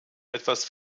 etwas